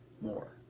More